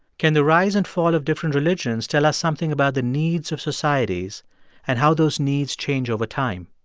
can the rise and fall of different religions tell us something about the needs of societies and how those needs change over time?